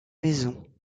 maison